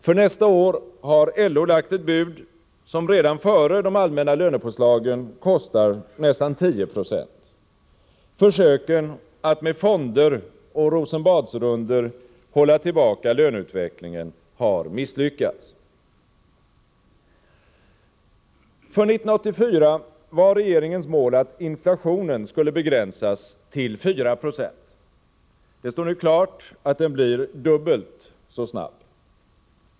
För nästa år har LO lagt ett bud som redan före de allmänna lönepåslagen kostar nästan 10 90. Försöken att med fonder och Rosenbadsrundor hålla tillbaka löneutvecklingen har misslyckats. För 1984 var regeringens mål att inflationen skulle begränsas till 4 0. Det står nu klart att den blir dubbelt så snabb.